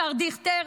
השר דיכטר,